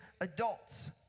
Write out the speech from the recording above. adults